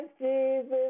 Jesus